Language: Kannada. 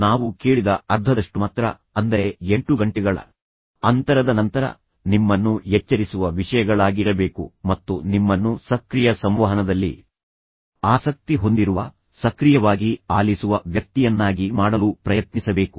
ನಾವು ಕೇಳಿದ ಅರ್ಧದಷ್ಟು ಮಾತ್ರ ಅಂದರೆ 8 ಗಂಟೆಗಳ ಅಂತರದ ನಂತರ ನಿಮ್ಮನ್ನು ಎಚ್ಚರಿಸುವ ವಿಷಯಗಳಾಗಿರಬೇಕು ಮತ್ತು ನಿಮ್ಮನ್ನು ಸಕ್ರಿಯ ಸಂವಹನದಲ್ಲಿ ಆಸಕ್ತಿ ಹೊಂದಿರುವ ಸಕ್ರಿಯವಾಗಿ ಆಲಿಸುವ ವ್ಯಕ್ತಿಯನ್ನಾಗಿ ಮಾಡಲು ಪ್ರಯತ್ನಿಸಬೇಕು